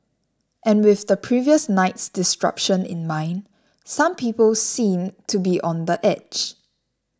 and with the previous night's disruption in mind some people seem to be on the edge